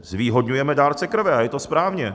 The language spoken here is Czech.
Zvýhodňujeme dárce krve a je to správně.